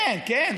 כן, כן.